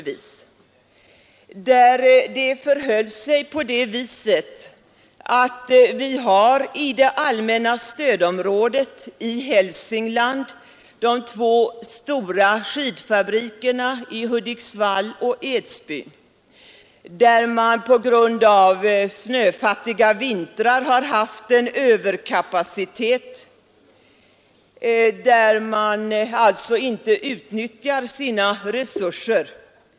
Vi har i det allmänna stödområdet i Hälsingland två stora skidfabriker, i Hudiksvall och Edsbyn, där man på grund av snöfattiga vintrar har haft en överkapacitet och alltså inte kunnat utnyttja sina resurser.